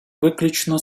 виключно